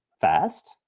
fast